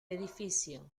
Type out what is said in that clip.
edificio